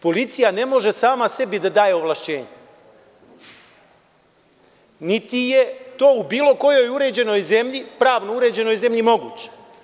Policija ne može sama sebi da daje ovlašćenja, niti je to u bilo kojoj uređenoj zemlji, pravno uređenoj zemlji moguće.